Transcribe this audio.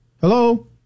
Hello